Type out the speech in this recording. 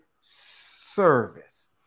service